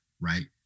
right